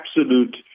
absolute